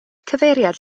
cyfeiriad